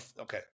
Okay